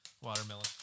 watermelon